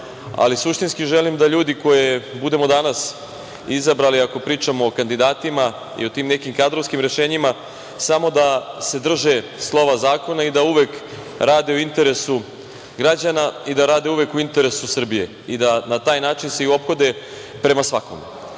Ali, suštinski želim da ljudi koje budemo danas izabrali, ako pričamo o kandidatima i o tim nekim kadrovskim rešenjima, samo da se drže slova zakona i da uvek rade u interesu građana i da rade uvek u interesu Srbije i da se i na taj način ophode prema svakome. Jedino